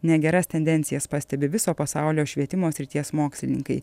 negeras tendencijas pastebi viso pasaulio švietimo srities mokslininkai